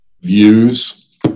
views